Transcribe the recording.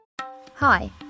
Hi